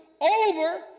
over